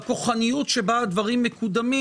בכוחניות שבה הדברים מקודמים